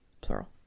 Plural